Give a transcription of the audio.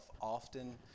often